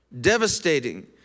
devastating